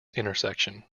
intersection